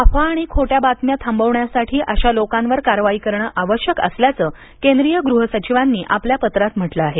अफवा आणि खोट्या बातम्या थांबविण्यासाठी अशा लोकांवर कारवाई करणे आवश्यक असल्याचं केंद्रीय गृहसचिवांनी आपल्या पत्रात म्हटलं आहे